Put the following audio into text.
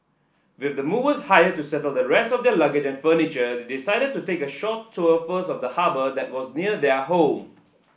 with the movers hired to settle the rest of their luggage and furniture they decided to take a short tour first of the harbour that was near their home